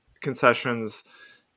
concessions